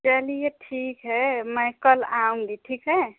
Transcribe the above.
चलिए ठीक है मैं कल आऊँगी ठीक है